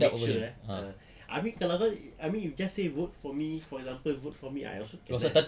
dub boleh eh ah I mean kalau kau I mean if you just say vote for me for example vote for me I also can ah